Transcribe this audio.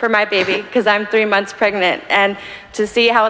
for my baby because i'm three months pregnant and to see how